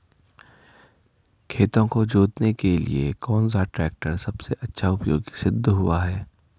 खेतों को जोतने के लिए कौन सा टैक्टर सबसे अच्छा उपयोगी सिद्ध हुआ है?